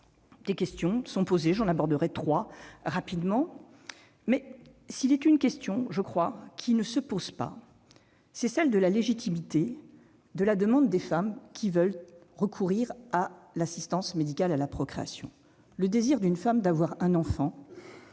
des questions se posent- j'en aborderai, rapidement, trois. En tout cas, il en est une qui, je crois, ne se pose pas : celle de la légitimité de la demande des femmes qui veulent recourir à l'assistance médicale à la procréation. Le désir d'une femme d'avoir un enfant,